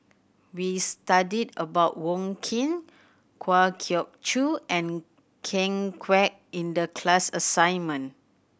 we studied about Wong Keen Kwa Geok Choo and Ken Kwek in the class assignment